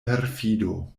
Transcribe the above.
perfido